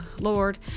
lord